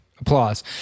Applause